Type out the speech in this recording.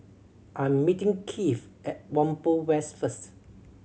I'm meeting Keith at Whampoa West first